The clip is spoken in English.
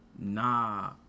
Nah